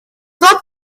got